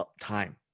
time